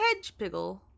Hedgepiggle